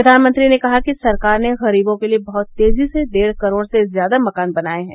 प्रधानमंत्री ने कहा कि सरकार ने गरीबों के लिए बहुत तेजी से डेढ़ करोड़ से ज्यादा मकान बनाए हैं